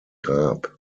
grab